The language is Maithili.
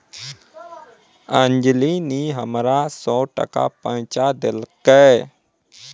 अंजली नी हमरा सौ टका पैंचा देलकै